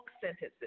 sentences